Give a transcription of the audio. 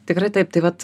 tikrai taip tai vat